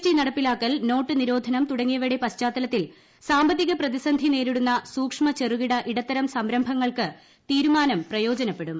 T നടപ്പിലാക്കൽ note നിരോധനം തുടങ്ങിയവയുടെ പശ്ചാത്തലത്തിൽ സാമ്പത്തിക പ്രതിസന്ധി നേരിടുന്ന സൂക്ഷ്മ ക്ഷ്യപ്പുകിട ഇടത്തരം സംരംഭങ്ങൾക്ക് തീരുമാനം പ്രയോജനപ്പെടും